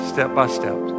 step-by-step